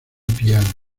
piano